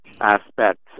aspects